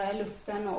luften